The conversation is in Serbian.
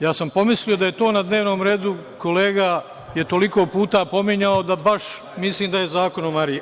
Ja sam pomislio da je to na dnevnom redu, kolega je toliko puta pominjao da baš mislim da je zakon o Mariji.